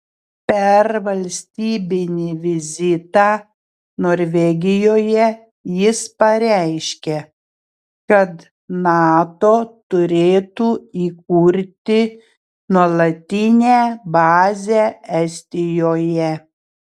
per valstybinį vizitą norvegijoje jis pareiškė kad nato turėtų įkurti nuolatinę bazę estijoje